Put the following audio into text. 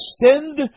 extend